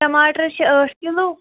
ٹماٹر چھِ ٲٹھ کِلوٗ